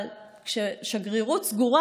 אבל כששגרירות סגורה,